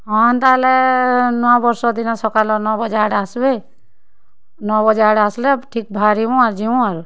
ହଁ ହେନ୍ତାହେଲେ ନୂଆବର୍ଷ ଦିନ ସକାଲର୍ ନଅ ବାଜାଆଡ଼େ ଆସ୍ବେ ନଅ ବଜାଆଡ଼େ ଆସ୍ଲେ ଠିକ୍ ବାହାରିମୁ ଆର୍ ଯିମୁ ଆର୍